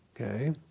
Okay